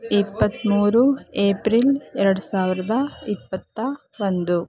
ಇಪ್ಪತ್ತ್ಮೂರು ಏಪ್ರಿಲ್ ಎರ್ಡು ಸಾವಿರದ ಇಪ್ಪತ್ತ ಒಂದು